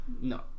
No